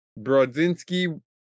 Brodzinski